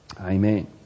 Amen